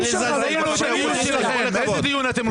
ראינו את הדיון שלכם, איזה דיון אתם רוצים